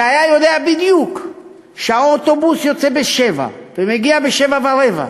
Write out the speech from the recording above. שידע בדיוק שהאוטובוס יוצא ב-07:00 ומגיע ב-07:15.